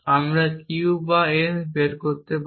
আমরা Q বা S বের করতে পারি